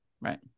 right